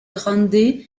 grande